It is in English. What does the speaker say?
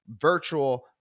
virtual